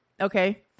Okay